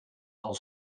als